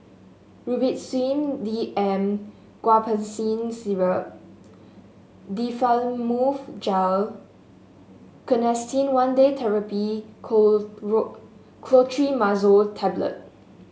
Robitussin D M Guaiphenesin Syrup Difflam Mouth Gel Canesten one Day Therapy Clotrimazole Tablet